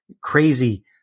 crazy